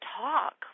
talk